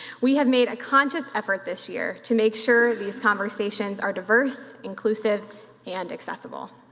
we have made a conscious effort this year to make sure these conversations are diverse, inclusive and accessible.